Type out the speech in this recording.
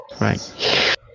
right